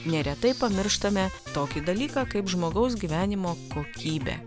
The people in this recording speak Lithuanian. neretai pamirštame tokį dalyką kaip žmogaus gyvenimo kokybė